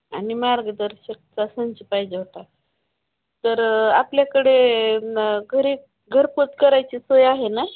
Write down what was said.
आणि मार्गदर्शकचा संच पाहिजे होता तर आपल्याकडे न घरी घरपोच करायची सोय आहे ना